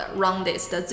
roundest